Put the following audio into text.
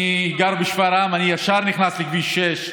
אני גר בשפרעם, אני ישר נכנס לכביש 6,